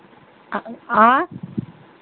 आँय